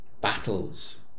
battles